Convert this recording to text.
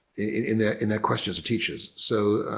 in their in their questions to teachers. so,